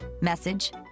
message